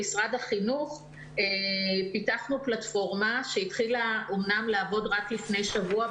במשרד החינוך פיתחנו פלטפורמה שהתחילה אמנם לעבוד רק לפני שבוע,